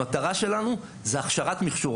המטרה שלנו זה הכשרת מכשור